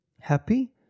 happy